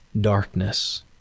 darkness